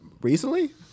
recently